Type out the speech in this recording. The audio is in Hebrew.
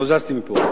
לא זזתי מפה.